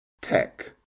tech